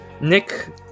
Nick